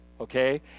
okay